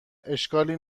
اشکالی